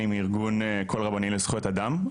אני מארגון קול רבני לזכויות אדם,